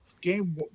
game